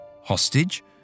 Hostage